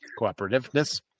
cooperativeness